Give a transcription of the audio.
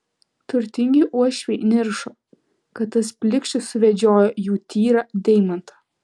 turtingi uošviai niršo kad tas plikšis suvedžiojo jų tyrą deimantą